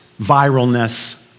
viralness